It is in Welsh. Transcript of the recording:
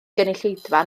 gynulleidfa